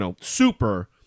super